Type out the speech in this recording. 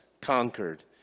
conquered